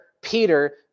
Peter